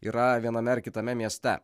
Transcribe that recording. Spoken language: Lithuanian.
yra viename ar kitame mieste